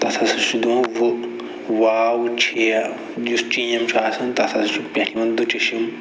تتھ ہَسا چھُ دِوان وٕ واو چے یُس چیٖم چھُ آسان تتھ ہَسا چھُ پٮ۪ٹھٕ یِوان دُچشم